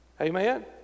Amen